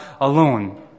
alone